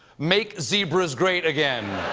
make zebras great again.